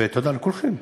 ותודה לכולכם,